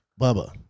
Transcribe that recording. Bubba